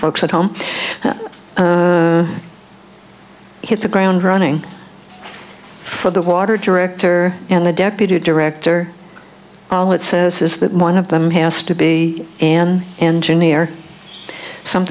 folks at home hit the ground running for the water director and the deputy director all it says is that one of them has to be an engineer